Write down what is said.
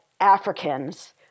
Africans